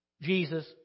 Jesus